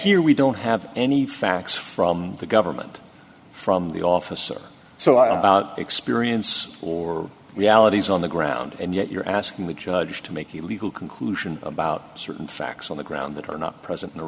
here we don't have any facts from the government from the officer so i experience or realities on the ground and yet you're asking the judge to make a legal conclusion about certain facts on the ground that are not present in